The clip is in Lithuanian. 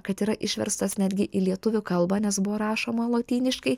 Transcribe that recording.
kad yra išverstas netgi į lietuvių kalbą nes buvo rašoma lotyniškai